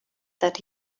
that